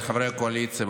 חברי הקואליציה,